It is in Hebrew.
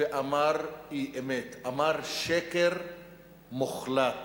ואמר אי-אמת, אמר שקר מוחלט.